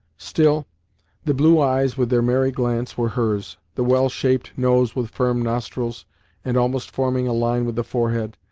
still the blue eyes with their merry glance were hers, the well-shaped nose with firm nostrils and almost forming a line with the forehead,